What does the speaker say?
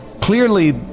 clearly